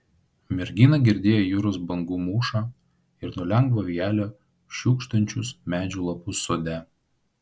mergina girdėjo jūros bangų mūšą ir nuo lengvo vėjelio šiugždančius medžių lapus sode